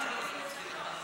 גברתי.